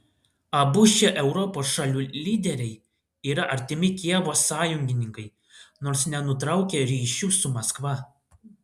abu šie europos šalių lyderiai yra artimi kijevo sąjungininkai nors nenutraukia ryšių su maskva